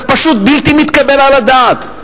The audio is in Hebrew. זה פשוט בלתי מתקבל על הדעת.